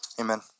Amen